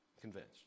convinced